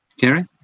Kerry